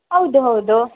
ಹೌದು ಹೌದು